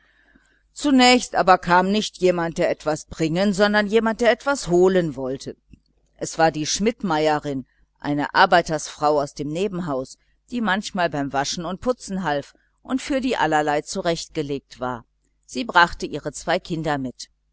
zunächst kam aber nicht jemand der etwas bringen sondern jemand der etwas holen wollte es war die schmidtmeierin eine arbeitersfrau aus dem nebenhaus die manchmal beim waschen und putzen half und für die allerlei zurechtgelegt war sie brachte ihre zwei kinder mit